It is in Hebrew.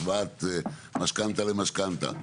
השוואת משכנתא למשכנתא.